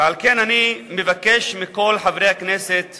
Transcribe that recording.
ועל כן אני מבקש מכל חברי הכנסת